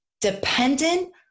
dependent